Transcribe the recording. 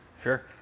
Sure